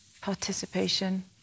participation